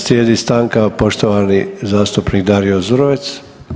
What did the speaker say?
Slijedi stanka poštovani zastupnik Dario Zurovec.